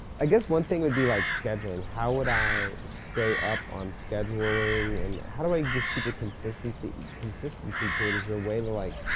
i guess one thing would be like scheduling. how would i stay up on scheduling and how do i just keep it, consistency consistency to it? is there a way to like?